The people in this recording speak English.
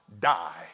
die